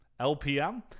LPM